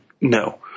No